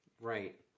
right